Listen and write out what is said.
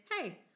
hey